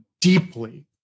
deeply